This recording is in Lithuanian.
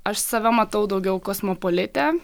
aš save matau daugiau kosmopolite